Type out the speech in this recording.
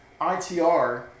ITR